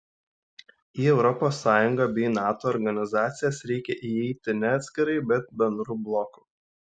į europos sąjungą bei nato organizacijas reikia įeiti ne atskirai bet bendru bloku